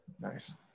Nice